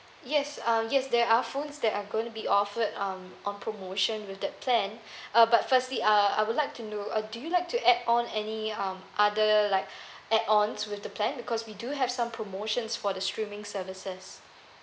yes uh yes there a phones that are going to be offered um on promotion with that plan uh but firstly uh I would like to know uh do you like to add on any um other like add on to the plan because we do have some promotions for the streaming services